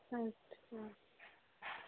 हुँ हुँ